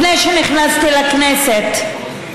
לפני שנכנסתי לכנסת,